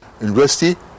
University